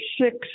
six